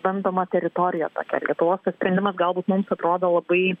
bandoma teritorija tokia lietuvos tas sprendimas galbūt mums atrodo labai